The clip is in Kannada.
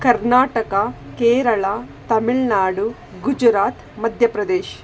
ಕರ್ನಾಟಕ ಕೇರಳ ತಮಿಳ್ನಾಡು ಗುಜರಾತ್ ಮಧ್ಯ ಪ್ರದೇಶ್